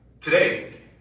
Today